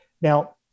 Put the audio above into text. Now